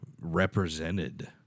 represented